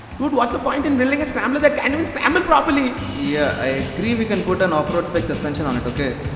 dude, what's the point in building a scrambler that can't even scramble properly! yeah, i agree. we can put an off-road spec suspension on it, okay?